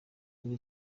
kuri